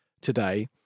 today